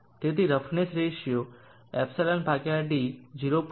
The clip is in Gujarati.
તેથી રફનેસ રેશિયો εd 0